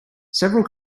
several